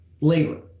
Labor